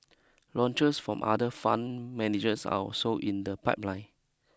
launches from other fund managers are also in the pipeline